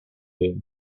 day